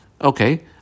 Okay